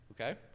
Okay